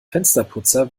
fensterputzer